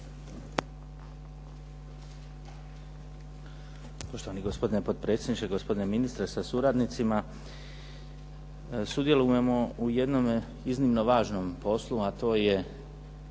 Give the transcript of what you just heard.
Poštovani gospodine potpredsjedniče, gospodine ministre sa suradnicima. Sudjelujemo u jednome iznimno važnom poslu, a to je